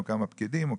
או כמה פקידים,